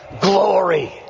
glory